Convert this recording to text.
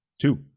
two